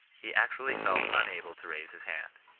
he actually felt unable to raise his hand.